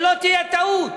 שלא תהיה טעות.